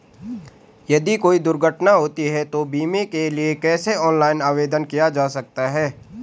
यदि कोई दुर्घटना होती है तो बीमे के लिए कैसे ऑनलाइन आवेदन किया जा सकता है?